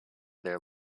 their